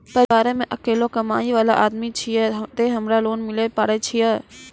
परिवारों मे अकेलो कमाई वाला आदमी छियै ते हमरा लोन मिले पारे छियै?